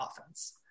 offense